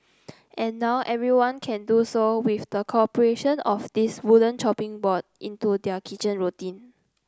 and now everyone can do so with the corporation of this wooden chopping board into their kitchen routine